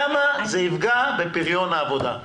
למה זה יפגע בפריון העבודה?